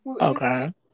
Okay